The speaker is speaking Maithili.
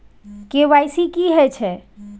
के.वाई.सी की हय छै?